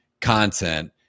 content